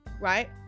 right